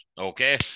Okay